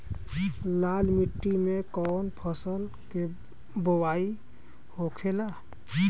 लाल मिट्टी में कौन फसल के बोवाई होखेला?